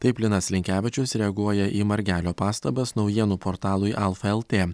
taip linas linkevičius reaguoja į margelio pastabas naujienų portalui alfa lt